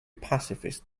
pacifist